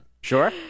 Sure